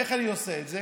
איך אני עושה את זה?